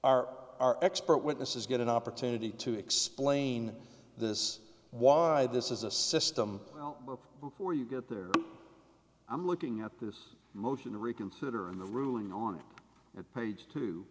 our expert witnesses get an opportunity to explain this why this is a system well before you get there i'm looking at this motion to reconsider and the ruling on it at page t